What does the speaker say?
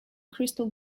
crystal